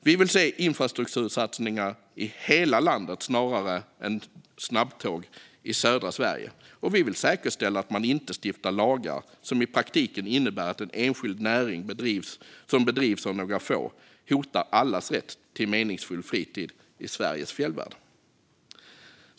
Vi vill se infrastruktursatsningar i hela landet snarare än snabbtåg i södra Sverige. Vi vill också säkerställa att man inte stiftar lagar som i praktiken innebär att en enskild näring som bedrivs av några få hotar allas rätt till en meningsfull fritid i Sveriges fjällvärld.